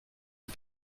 are